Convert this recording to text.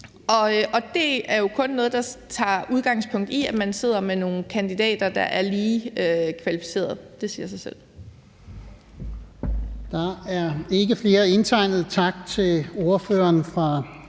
Det er jo kun noget, der tager udgangspunkt i, at man sidder med nogle kandidater, der er lige kvalificerede. Det siger sig selv.